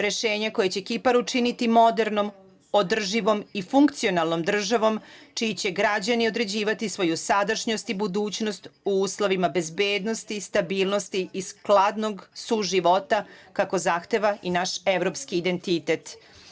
Rešenje koje će Kipar učiniti modernom, održivom i funkcionalnom državom čiji će građani određivati svoju sadašnjost i budućnost u uslovima bezbednosti, stabilnosti i skladnog suživota kako zahteva i naš evropski identitet.